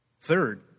Third